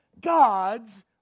God's